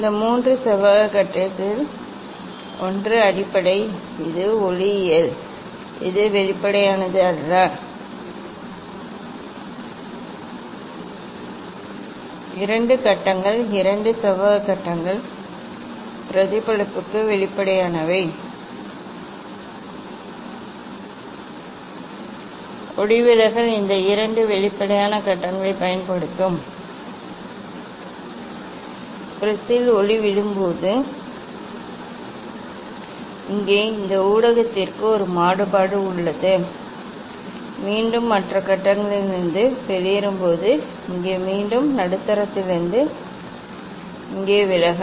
இந்த மூன்று செவ்வக கட்டத்தில் ஒன்று அடிப்படை இது ஒளியியல் இது வெளிப்படையானது அல்ல இரண்டு கட்டங்கள் இரண்டு செவ்வக கட்டங்கள் பிரதிபலிப்புக்கு வெளிப்படையானவை மற்றும் ஒளிவிலகல் இந்த இரண்டு வெளிப்படையான கட்டங்களைப் பயன்படுத்தும் ப்ரிஸில் ஒளி விழும்போது இங்கே இந்த ஊடகத்திற்கு ஒரு மாறுபாடு உள்ளது மீண்டும் மற்ற கட்டத்திலிருந்து வெளியேறும் போது இங்கே மீண்டும் நடுத்தரத்திலிருந்து இங்கே விலகல்